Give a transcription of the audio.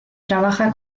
trabaja